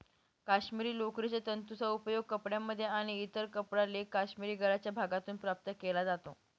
काश्मिरी लोकरीच्या तंतूंचा उपयोग कपड्यांमध्ये आणि इतर कपडा लेख काश्मिरी गळ्याच्या भागातून प्राप्त केला जातो